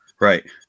Right